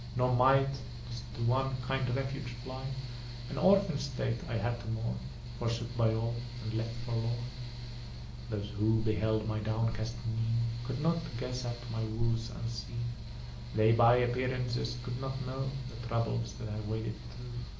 nor might to one kind refuge fly an orphan state i had to mourn forsook by all, and left forlorn those who beheld my downcast mien could not guess at my woes unseen they by appearance could not know the troubles that i waded through.